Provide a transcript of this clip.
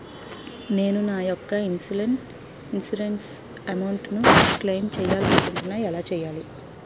నేను నా యెక్క ఇన్సురెన్స్ అమౌంట్ ను క్లైమ్ చేయాలనుకుంటున్నా ఎలా చేయాలి?